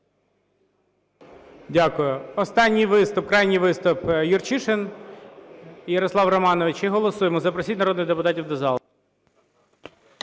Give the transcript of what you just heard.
Дякую. Останній виступ, крайній виступ – Юрчишин Ярослав Романович, і голосуємо. Запросіть народних депутатів до зали.